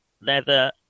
leather